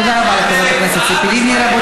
תודה רבה לחברת הכנסת ציפי לבני.